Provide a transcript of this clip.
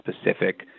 specific